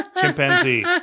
Chimpanzee